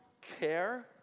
care